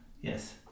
Yes